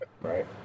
Right